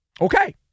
Okay